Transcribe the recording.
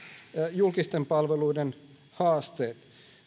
julkisten palveluiden haasteet